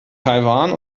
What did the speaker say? taiwan